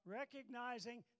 recognizing